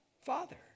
Father